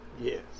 Yes